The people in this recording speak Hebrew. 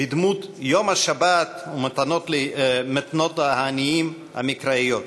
בדמות יום השבת ומתנות העניים המקראיות,